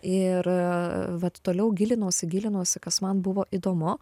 ir vat toliau gilinausi gilinausi kas man buvo įdomu